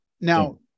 now